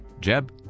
Jeb